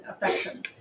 affection